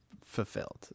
fulfilled